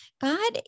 God